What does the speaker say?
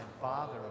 Father